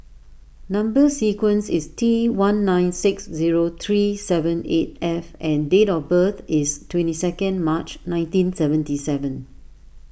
Number Sequence is T one nine six zero three seven eight F and date of birth is twenty second March nineteen seventy seven